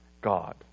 God